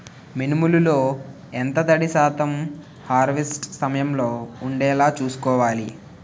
మినుములు లో ఎంత తడి శాతం హార్వెస్ట్ సమయంలో వుండేలా చుస్కోవాలి?